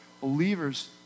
believers